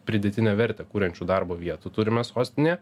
pridėtinę vertę kuriančių darbo vietų turime sostinėje